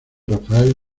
rafael